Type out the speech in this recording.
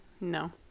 No